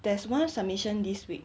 there's one submission this week